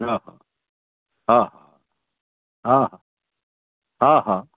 हा हा हा हा हा